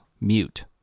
mute